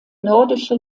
nordische